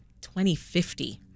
2050